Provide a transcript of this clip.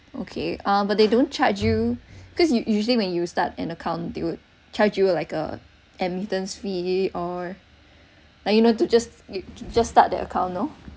okay ah but they don't charge you because you usually when you start an account they would charge you like a admittance fee or like you know to just to just start that account no